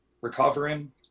recovering